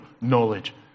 knowledge